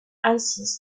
ancient